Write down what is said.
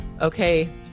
Okay